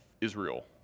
Israel